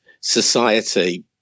society